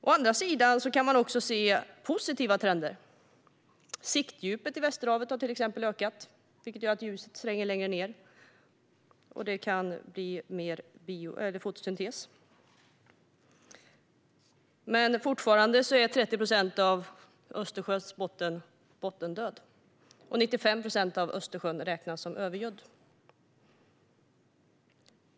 Å andra sidan kan vi se positiva trender. Siktdjupet i Västerhavet har till exempel ökat, vilket gör att ljuset tränger längre ned och ökar fotosyntesen. Men fortfarande är 30 procent av Östersjöns botten död, och 95 procent av Östersjön räknas som övergödd.